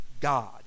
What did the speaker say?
God